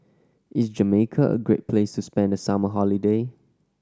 is Jamaica a great place to spend the summer holiday